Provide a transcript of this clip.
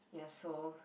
ya so